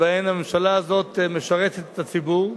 שבהן הממשלה הזאת משרתת את הציבור,